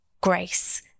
grace